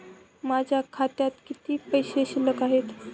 माझ्या खात्यात किती पैसे शिल्लक आहेत?